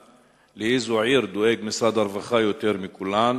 לאיזו עיר דואג משרד הרווחה יותר מכולן,